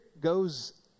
goes